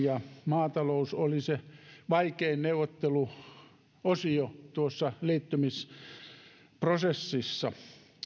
ja maatalous oli se vaikein neuvotteluosio tuossa liittymisprosessissa